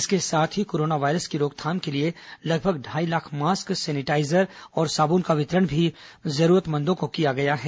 इसके साथ ही कोरोना वायरस की रोकथाम के लिए लगभग ढाई लाख मास्क सेनेटाईजर और साबुन का वितरण भी जरूरतमंदों को किया गया हैं